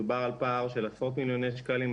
דובר על פער של עשרות מיליוני שקלים.